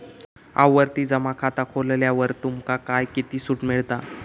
आवर्ती जमा खाता खोलल्यावर तुमका काय किती सूट मिळता?